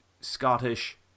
Scottish